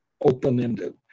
open-ended